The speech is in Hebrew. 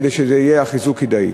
כדי שהחיזוק יהיה כדאי.